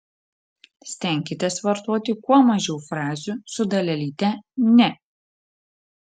stenkitės vartoti kuo mažiau frazių su dalelyte ne